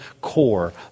core